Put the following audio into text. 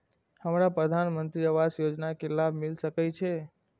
हमरा प्रधानमंत्री आवास योजना के लाभ मिल सके छे?